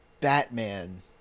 Batman-